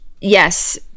Yes